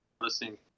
listening